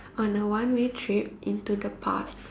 on a one way trip into the past